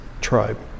tribe